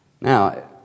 Now